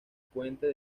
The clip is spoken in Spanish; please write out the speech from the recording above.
puente